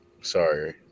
Sorry